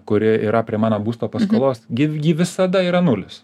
kuri yra prie mano būsto paskolos gi ji visada yra nulis